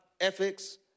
ethics